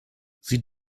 sie